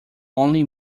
only